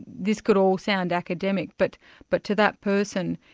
this could all sound academic, but but to that person,